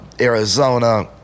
Arizona